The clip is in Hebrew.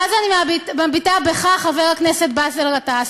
ואז אני מביטה בך, חבר הכנסת באסל גטאס.